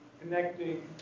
connecting